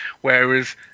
whereas